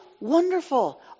wonderful